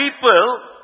people